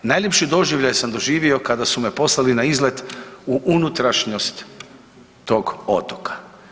Najljepši doživljaj sam doživio kada su me poslali na izlet u unutrašnjost tog otoka.